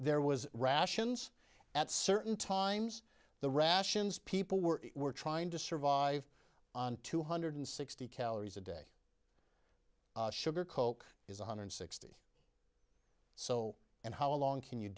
there was rations at certain times the rations people were were trying to survive on two hundred sixty calories a day sugar coke is one hundred sixty so and how long can you